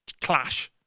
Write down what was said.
clash